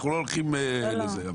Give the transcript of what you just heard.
אנחנו לא הולכים --- לא.